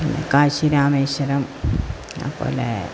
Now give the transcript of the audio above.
കാശി രമേശരം അതുപോലെ